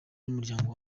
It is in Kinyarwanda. n’umuryango